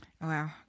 Wow